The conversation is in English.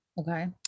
Okay